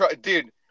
Dude